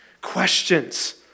questions